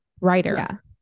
writer